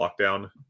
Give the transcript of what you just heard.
lockdown